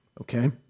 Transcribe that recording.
okay